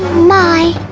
my